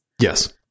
Yes